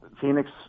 Phoenix